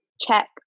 check